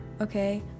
okay